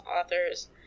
authors